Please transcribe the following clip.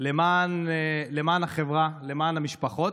למען החברה, למען המשפחות,